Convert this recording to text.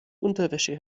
unterwäsche